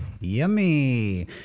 Yummy